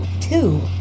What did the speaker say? Two